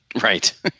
right